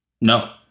No